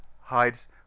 hides